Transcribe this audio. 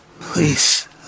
Please